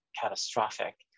catastrophic